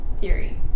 Theory